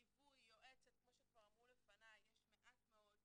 ליווי, יועצת, כפי שכבר אמרו לפניי, יש מעט מאוד.